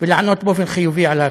ולענות באופן חיובי על ההצעה.